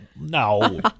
no